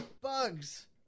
bugs